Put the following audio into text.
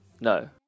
No